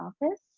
office